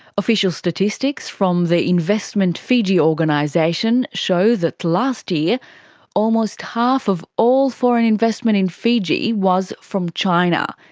official statistics from the investment fiji organisation show that last year almost half of all foreign investment in fiji was from china,